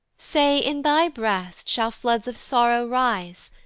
say in thy breast shall floods of sorrow rise?